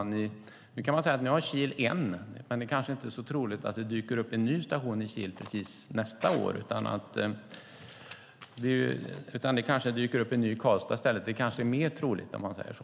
Nu har Kil en, men det kanske inte är så troligt att det dyker upp en ny station i Kil nästa år, utan det kanske dyker upp en ny i Karlstad i stället. Det är kanske mer troligt, om man säger så.